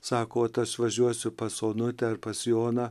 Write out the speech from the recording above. sako tas važiuosiu pas onutę ar pas joną